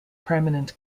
permanent